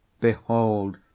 Behold